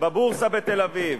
בבורסה בתל-אביב.